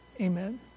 amen